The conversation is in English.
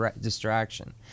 distraction